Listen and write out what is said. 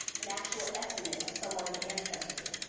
an actual estimate of someone's ancestry.